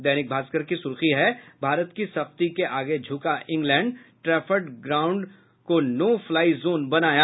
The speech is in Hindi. दैनिक भास्कर की सुर्खी है भारत की सख्ती के आगे झुका इंग्लैंड ट्रैफर्ड ग्रांड को नो फ्लाई जोन बनाया